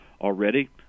already